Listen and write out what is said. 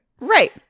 Right